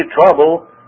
trouble